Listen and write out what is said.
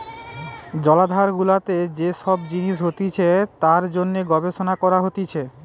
জলাধার গুলাতে যে সব জিনিস হতিছে তার জন্যে গবেষণা করা হতিছে